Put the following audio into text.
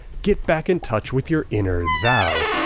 get back in touch with your inner thou.